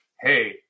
hey